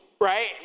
right